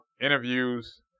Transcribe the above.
interviews